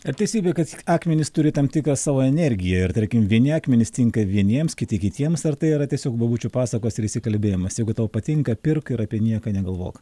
ar teisybė kad akmenys turi tam tikrą savo energiją ir tarkim vieni akmenys tinka vieniems kiti kitiems ar tai yra tiesiog bobučių pasakos ir išsikalbėjimas jeigu tau patinka pirk ir apie nieką negalvok